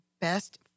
best